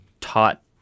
taught